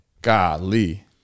Golly